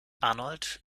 arnold